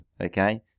okay